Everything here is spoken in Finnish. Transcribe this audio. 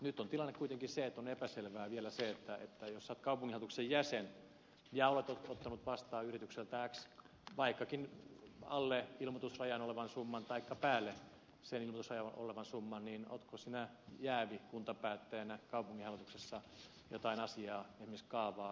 nyt on tilanne kuitenkin se että on epäselvää vielä se että jos olet kaupunginhallituksen jäsen ja olet ottanut vastaan yritykseltä x vaikkakin alle ilmoitusrajan olevan summan taikka päälle sen ilmoitusrajan olevan summan niin oletko sinä jäävi kuntapäättäjänä kaupunginhallituksessa jotain asiaa esimerkiksi kaavaa käsittelemään siinä yhteydessä